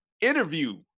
interview